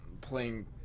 playing